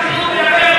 אתם ליצנים,